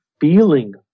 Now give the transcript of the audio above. feeling